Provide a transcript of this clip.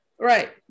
right